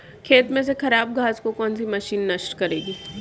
खेत में से खराब घास को कौन सी मशीन नष्ट करेगी?